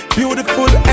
Beautiful